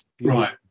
Right